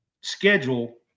schedule